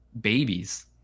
babies